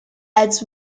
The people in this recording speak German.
als